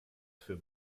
für